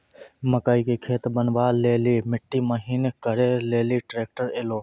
मकई के खेत बनवा ले ली मिट्टी महीन करे ले ली ट्रैक्टर ऐलो?